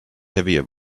heavier